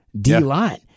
D-line